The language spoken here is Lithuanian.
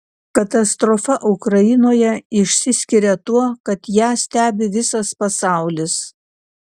katastrofa ukrainoje išsiskiria tuo kad ją stebi visas pasaulis